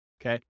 okay